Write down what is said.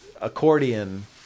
accordion